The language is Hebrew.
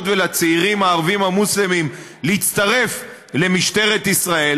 ולצעירים ערבים מוסלמים להצטרף למשטרת ישראל.